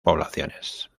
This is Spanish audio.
poblaciones